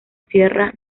sierra